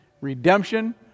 Redemption